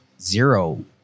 zero